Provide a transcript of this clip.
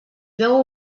veu